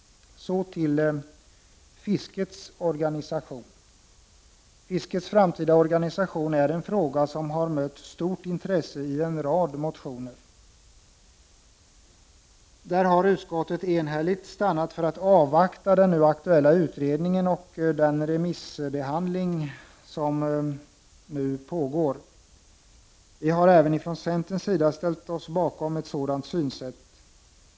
Så till frågan om fiskets organisation. Fiskets framtida organisation är en fråga som har mött stort intresse i en rad motioner. I denna fråga har utskottet enhälligt stannat för att avvakta den nu aktuella utredningen och den remissbehandling som nu pågår. Vi har även från centerns sida ställt oss bakom ett sådant synsätt.